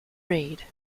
read